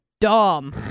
dumb